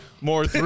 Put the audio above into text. more